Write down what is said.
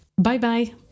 Bye-bye